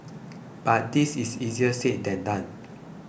but that is easier said than done